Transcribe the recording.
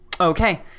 Okay